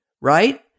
right